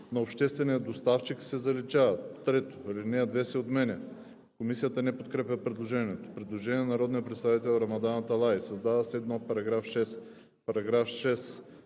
„на обществения доставчик“ се заличават. 3. Алинея 2 се отменя.“ Комисията не подкрепя предложението. Предложение на народния представител Рамадан Аталай: „Създава се нов § 6: „§ 6.